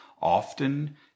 often